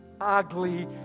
ugly